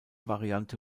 variante